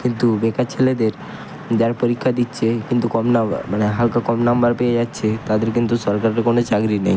কিন্তু বেকার ছেলেদের যার পরীক্ষা দিচ্চে কিন্তু কম নাম্বার মানে হালকা কম নাম্বার পেয়ে যাচ্ছে তাদের কিন্তু সরকারের কোনো চাকরি নেই